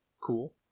cool